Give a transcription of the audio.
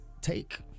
take